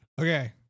Okay